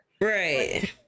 right